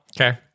Okay